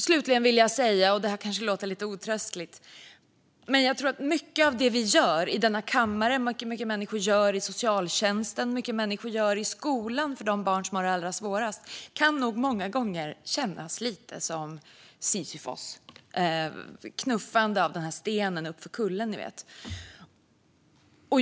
Slutligen vill jag säga - det låter kanske lite tröstlöst - att jag tror att mycket av det vi gör i denna kammare och som människor gör inom socialtjänsten och i skolan för de barn som har det allra svårast många gånger kan kännas lite som Sisyfos knuffande av den där stenen uppför kullen.